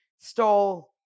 stole